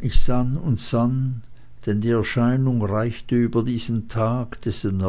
ich sann und sann denn die erscheinung reichte über diesen tag dessen